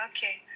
Okay